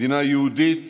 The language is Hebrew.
מדינה יהודית